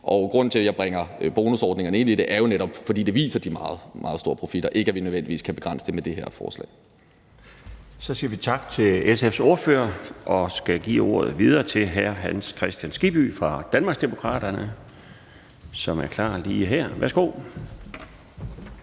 grunden til, at jeg bringer bonusordningerne ind i det, er jo netop, at det viser de meget store profitter, ikke at vi nødvendigvis kan begrænse det med det her forslag. Kl. 12:57 Den fg. formand (Bjarne Laustsen): Så siger vi tak til SF's ordfører og skal give ordet videre til hr. Hans Kristian Skibby fra Danmarksdemokraterne, som er klar lige her. Værsgo.